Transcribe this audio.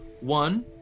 One